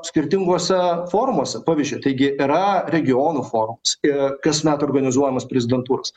skirtingose forumose pavyzdžiui taigi yra regionų forumas ir kasmet organizuojamas prezidentūros